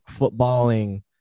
footballing